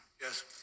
Yes